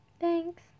Thanks